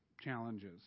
challenges